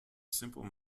simple